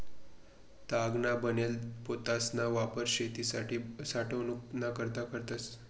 तागना बनेल पोतासना वापर शेतकरी साठवनूक ना करता करस